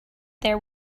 there